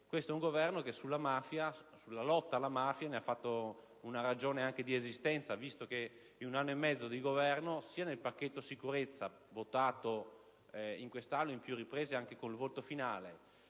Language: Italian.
Questo è un Governo che della lotta alla mafia ha fatto anche una ragione di esistenza, visto che in un anno e mezzo di attività, sia nel pacchetto sicurezza, votato in quest'Aula a più riprese, fino al voto finale,